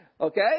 Okay